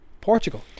Portugal